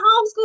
homeschool